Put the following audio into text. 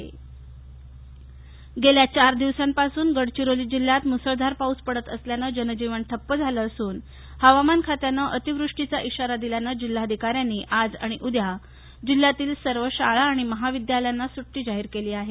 अतिवष्टी गेल्या चार दिवसांपासून गडचिरोली जिल्ह्यात मुसळधार पाऊस पडत असल्याने जनजीवन ठप्प झालं असून हवामान खात्यानं अतिवृष्टिचा इशारा दिल्यानं जिल्हाधिकाऱ्यांनी आज आणि उद्या जिल्ह्यातील सर्व शाळा आणि महाविद्यालयांना सुर्धी जाहीर केली आहे